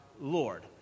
Lord